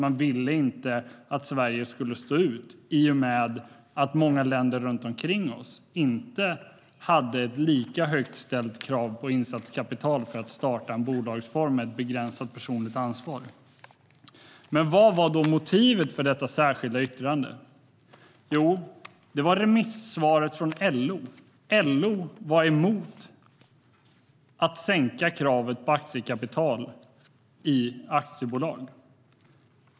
Man ville inte att Sverige skulle stå ut, i och med att många länder runt omkring oss inte hade ett lika högt ställt krav på insatt kapital för att starta en bolagsform med ett begränsat personligt ansvar. Men vad var då motivet för detta särskilda yttrande? Jo, det var remisssvaret från LO. LO var emot en sänkning av kravet på aktiekapital i aktiebolag.